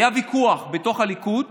היה ויכוח בתוך הליכוד